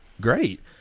Great